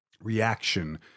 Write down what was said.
reaction